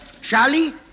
Charlie